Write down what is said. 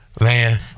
Man